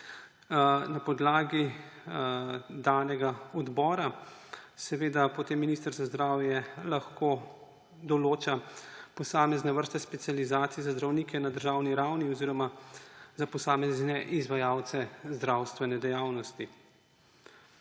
Na podlagi predloga odbora potem minister za zdravje lahko določa posamezne vrste specializacij za zdravnike na državni ravni oziroma za posamezne izvajalce zdravstvene dejavnosti.